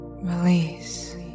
Release